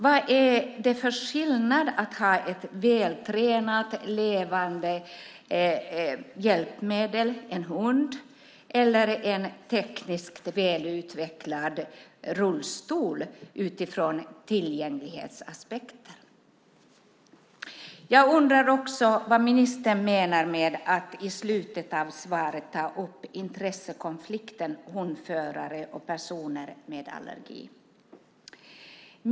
Vad är det för skillnad mellan att ha ett vältränat levande hjälpmedel - en hund - eller att ha en tekniskt välutvecklad rullstol ur en tillgänglighetsaspekt? Jag undrar också vad ministern menar när hon i slutet av svaret tar upp intressekonflikten mellan hundförare och personer med allergi.